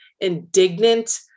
indignant